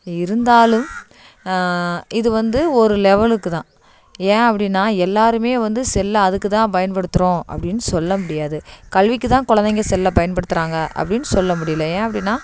இருந்தாலும் இது வந்து ஒரு லெவலுக்கு தான் ஏன் அப்படின்னா எல்லாருமே வந்து செல்லை அதுக்கு தான் பயன்படுத்துகிறோம் அப்படின்னு சொல்ல முடியாது கல்விக்கு தான் குலந்தைங்க செல்லை பயன்படுத்துகிறாங்க அப்படின்னு சொல்ல முடியல ஏன் அப்படின்னா